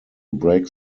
break